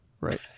Right